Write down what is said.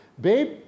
babe